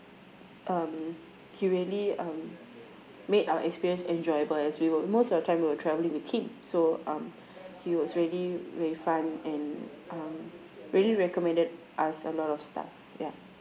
um he really um made our experience enjoyable as we were most of the time were travelling with him so um he was really very fun and um really recommended us a lot of stuff ya